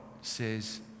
says